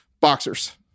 boxers